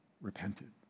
repented